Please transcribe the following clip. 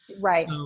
right